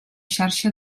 xarxa